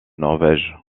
norvège